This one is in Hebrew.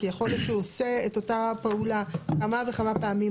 כי יכול להיות שהוא עושה את אותה פעולה כמה וכמה פעמים,